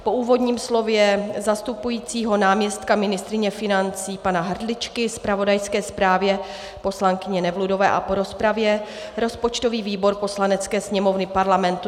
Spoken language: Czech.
Po úvodním slově zastupujícího náměstka ministryně financí pana Hrdličky, zpravodajské zprávě poslankyně Nevludové a po rozpravě rozpočtový výbor Poslanecké sněmovny Parlamentu